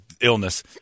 illness